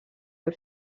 del